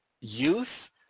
youth